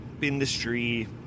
industry